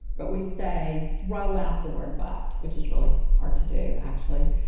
but we say throw out the word but, which is really hard to do actually.